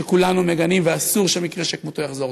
שכולנו מגנים ואסור שמקרה שכמותו יחזור.